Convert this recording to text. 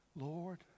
Lord